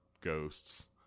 ghosts